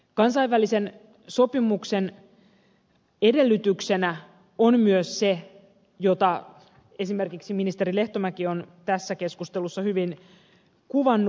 kansainvälisen sopimuksen edellytyksenä on myös se mitä esimerkiksi ministeri lehtomäki on tässä keskustelussa hyvin kuvannut